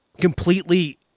completely